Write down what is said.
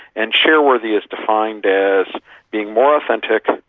and share-worthy is defined as being more authentic,